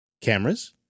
cameras